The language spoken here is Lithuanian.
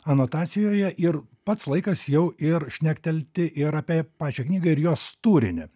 anotacijoje ir pats laikas jau ir šnektelti ir apie pačią knygą ir jos turinį